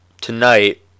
tonight